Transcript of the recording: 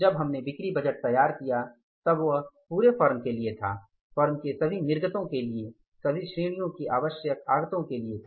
जब हमने बिक्री बजट तैयार किया तब वह पुरे फर्म के लिए था फर्म के सभी निर्गतो के लिए सभी श्रेणियों के आवश्यक आगतों के लिए था